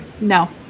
no